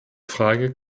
frage